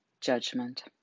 judgment